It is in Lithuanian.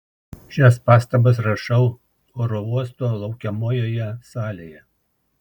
šias pastabas rašau oro uosto laukiamojoje salėje